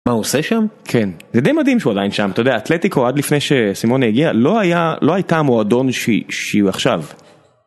מה עושה שם כן זה די מדהים שהוא עדיין שם אתה יודע אתלטיקו עד לפני שסימון הגיע לא היה לא הייתה מועדון שהיא עכשיו.